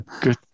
Good